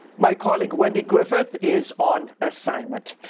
my colleague, wendy griffith, is on assignment.